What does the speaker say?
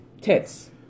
tits